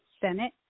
Senate